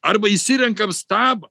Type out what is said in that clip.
arba išsirenkame stab